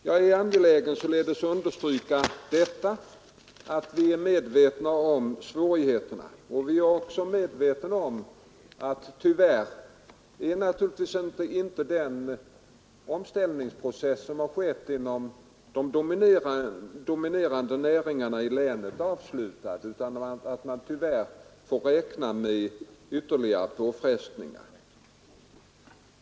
Jag är således angelägen att understryka att vi i regeringen är medvetna om svårigheterna. Vi är också medvetna om att den omställningsprocess som sker i de dominerande näringarna i länet tyvärr inte är avslutad utan att man får räkna med ytterligare förändringar.